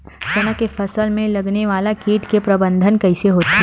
चना के फसल में लगने वाला कीट के प्रबंधन कइसे होथे?